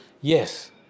yes